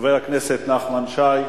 חבר הכנסת נחמן שי.